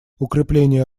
укрепление